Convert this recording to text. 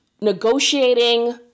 negotiating